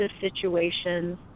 situations